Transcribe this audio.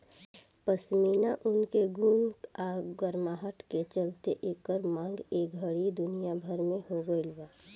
पश्मीना ऊन के गुण आ गरमाहट के चलते एकर मांग ए घड़ी दुनिया भर में हो गइल बा